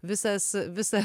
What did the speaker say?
visas visa